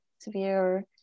severe